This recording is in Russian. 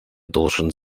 должен